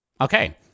Okay